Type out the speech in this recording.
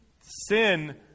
sin